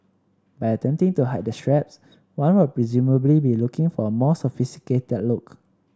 by attempting to hide the straps one would presumably be looking for a more sophisticated look